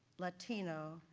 latino,